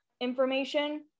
information